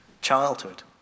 childhood